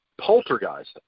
Poltergeist